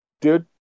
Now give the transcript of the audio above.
dude